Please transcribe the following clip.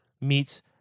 meets